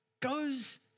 goes